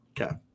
Okay